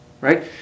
right